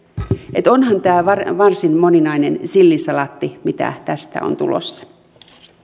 että onhan tämä varsin moninainen sillisalaatti mitä tästä on tulossa